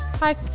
Hi